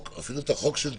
אפילו את החוק של טיבי,